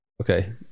Okay